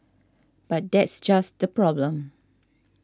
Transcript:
but that's just the problem